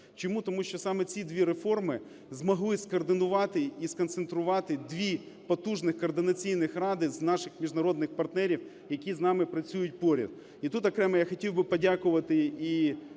Чому? Тому що саме ці дві реформи змогли скоординувати і сконцентрувати дві потужні координаційних ради з наших міжнародних партнерів, які з нами працюють поряд. І тут окремо я хотів би подякувати і